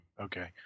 Okay